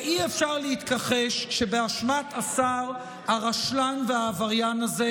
ואי-אפשר להתכחש שבאשמת השר הרשלן והעבריין הזה,